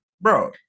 bro